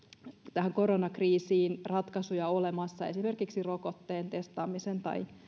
tähän koronakriisiin ratkaisuja olemassa esimerkiksi rokotteen testaamisen tai